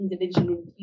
individual